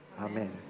Amen